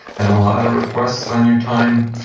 and a lot of requests on your time,